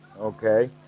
okay